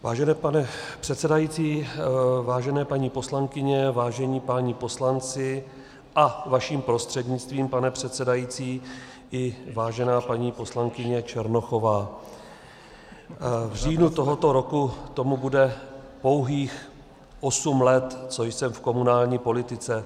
Vážený pane předsedající, vážené paní poslankyně, vážení páni poslanci a vaším prostřednictvím, pane předsedající, i vážená paní poslankyně Černochová, v říjnu tohoto roku tomu bude pouhých osm let, co jsem v komunální politice.